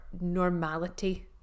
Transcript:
normality